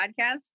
podcast